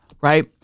right